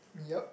yup